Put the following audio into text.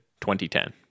2010